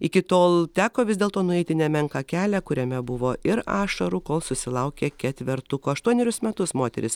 iki tol teko vis dėlto nueiti nemenką kelią kuriame buvo ir ašarų kol susilaukė ketvertuko aštuonerius metus moteris